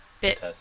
bit